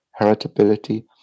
heritability